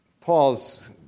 Paul's